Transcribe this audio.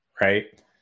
right